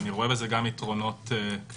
אני רואה בזה גם יתרונות כלליים